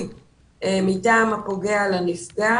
וגם סוגיה של פיצוי מטעם הפוגע לנפגע.